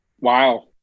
wow